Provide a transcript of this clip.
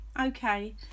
okay